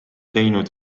teinud